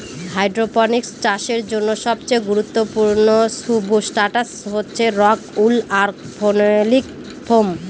hydroponics চাষের জন্য সবচেয়ে গুরুত্বপূর্ণ সুবস্ট্রাটাস হচ্ছে রক উল আর ফেনোলিক ফোম